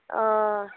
अ